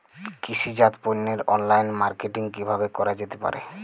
কৃষিজাত পণ্যের online marketing কিভাবে করা যেতে পারে?